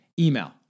email